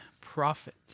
prophet